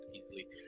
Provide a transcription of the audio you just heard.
easily